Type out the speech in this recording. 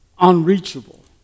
unreachable